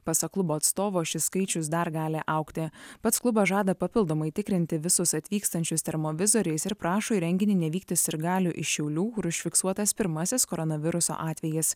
pasak klubo atstovo šis skaičius dar gali augti pats klubas žada papildomai tikrinti visus atvykstančius termovizoriais ir prašo į renginį nevykti sirgalių iš šiaulių kur užfiksuotas pirmasis koronaviruso atvejis